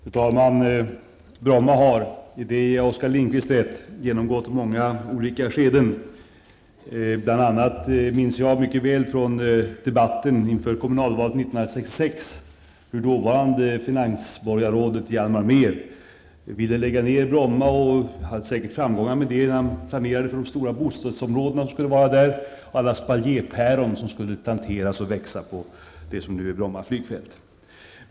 Fru talman! Bromma har, i det ger jag Oskar Lindkvist rätt, genomgått många olika skeden. Bl.a. minns jag mycket väl från debatten inför kommunalvalet 1966 hur dåvarande finansborgarrådet Hjalmar Mehr ville lägga ner Bromma. Han hade säkert framgångar med det. Han planerade för de stora bostadsområden som skulle byggas där, för alla spaljépäron som skulle planteras och växa på det som nu är Bromma flygfält.